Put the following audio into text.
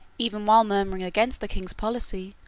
even while murmuring against the king's policy,